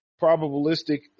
Probabilistic